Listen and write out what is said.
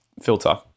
filter